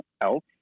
else